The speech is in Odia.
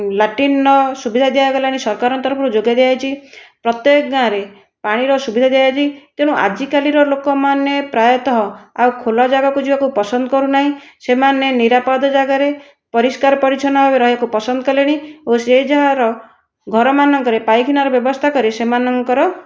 ଲାଟ୍ରିନର ସୁବିଧା ଦିଆଗଲାଣି ସରକାରଙ୍କ ତରଫରୁ ଯୋଗାଇ ଦିଆଯାଇଛି ପ୍ରତ୍ୟକ ଗାଁରେ ପାଣିର ସୁବିଧା ଦିଆଯାଇଛି ତେଣୁ ଆଜି କାଲିର ଲୋକମାନେ ପ୍ରାୟତଃ ଆଉ ଖୋଲା ଜାଗାକୁ ଯିବାକୁ ପସନ୍ଦ କରୁନାହିଁ ସେମାନେ ନିରାପଦ ଜାଗାରେ ପରିଷ୍କାର ପରିଚ୍ଛନ୍ନ ଭାବରେ ରହିବାକୁ ପସନ୍ଦ କଲେଣି ଓ ସେ ଜାଗାର ଘରମାନଙ୍କରେ ପାଇଖାନାର ବ୍ୟବସ୍ଥା କରି ସେମାନଙ୍କର